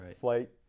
flight